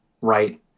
right